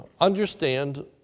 understand